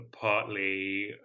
partly